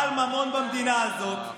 חוק הלבנת הכספים שלכם.